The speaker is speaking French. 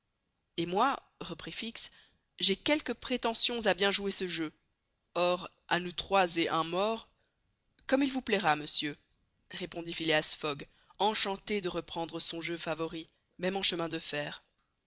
et moi reprit fix j'ai quelques prétentions à bien jouer ce jeu or à nous trois et un mort comme il vous plaira monsieur répondit phileas fogg enchanté de reprendre son jeu favori même en chemin de fer